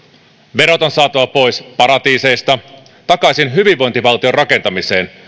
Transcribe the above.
verot on saatava pois paratiiseista takaisin hyvinvointivaltion rakentamiseen